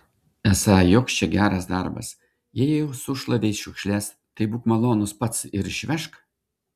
esą joks čia geras darbas jei jau sušlavei šiukšles tai būk malonus pats ir išvežk